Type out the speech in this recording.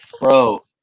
Bro